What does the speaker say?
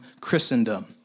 Christendom